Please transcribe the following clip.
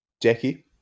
Jackie